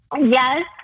yes